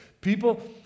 People